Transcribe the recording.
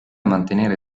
mantenere